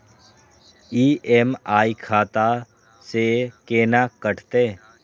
EMI खाता से केना कटते?